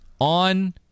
on